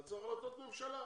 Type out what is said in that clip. אז צריך החלטות ממשלה.